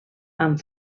amb